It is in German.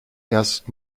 erst